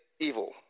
evil